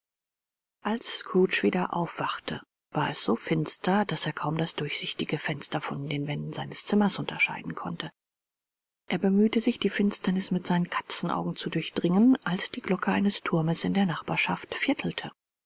als scrooge wieder aufwachte war es so finster daß er kaum das durchsichtige fenster von den wänden seines zimmers unterscheiden konnte er bemühte sich die finsternis mit seinen katzenaugen zu durchdringen als die glocke eines turmes in der nachbarschaft viertelte